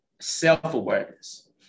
self-awareness